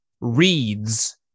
reads